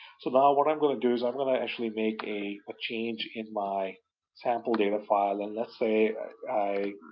so now what i'm going to do, is i'm going to actually make a ah change in my sample data file, and let's say i